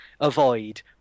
avoid